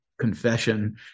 confession